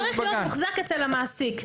זה צריך להיות מוחזק אצל המעסיק.